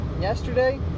yesterday